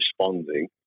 responding